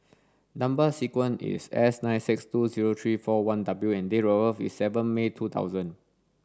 number sequence is S nine six two zero three four one W and date of birth is seven May two thousand